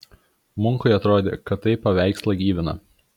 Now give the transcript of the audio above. munkui atrodė kad tai paveikslą gyvina